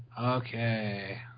Okay